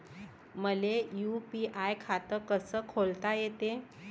मले यू.पी.आय खातं कस खोलता येते?